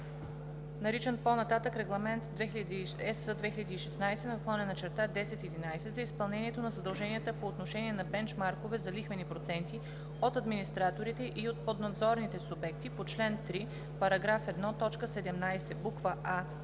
наричан по-нататък „Регламент (ЕС) 2016/1011“, за изпълнението на задълженията по отношение на бенчмаркове за лихвени проценти от администраторите и от поднадзорните субекти по чл. 3, параграф 1, т. 17, букви